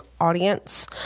audience